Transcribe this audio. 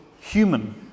human